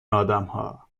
آدمها